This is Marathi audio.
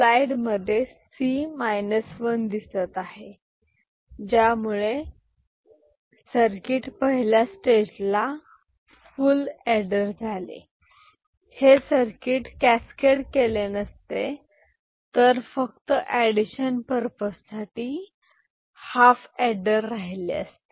स्लाइडमध्ये C 1 वन दिसत आहे ज्यामुळे सर्किट पहिल्या स्टेजला फुल एडर झाले हे सर्किट कॅस्केड केले नसते तर फक्त एडिशन पर्पज साठी हाफ एडर राहिले असते